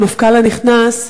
למפכ"ל הנכנס,